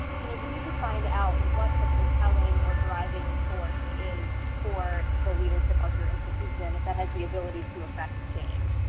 you know you need to find out what the compelling or driving force is for the leadership of your institution, if that has the ability to affect change.